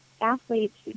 athletes